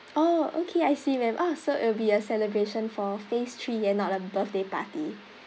oh okay I see ma'am ah so it'll be a celebration for phase three and not a birthday party